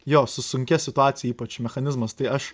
jo su sunkia situacija ypač mechanizmas tai aš